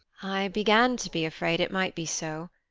i began to be afraid it might be so,